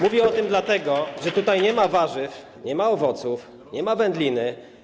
Mówię o tym dlatego, że tutaj nie ma warzyw, nie ma owoców, nie ma wędliny.